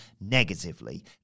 negatively